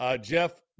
Jeff